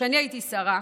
כשאני הייתי שרה,